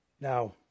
now